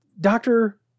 doctor